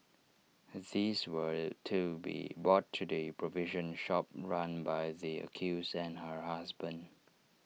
these were to be bought to the provision shop run by the accused and her husband